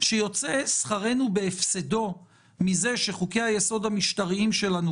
שיוצא שכרנו בהפסדו מכך שחוקי-היסוד המשטריים שלנו,